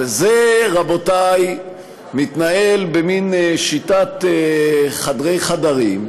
וזה, רבותי, מתנהל במין שיטת חדרי-חדרים.